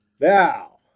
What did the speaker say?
Now